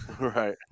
right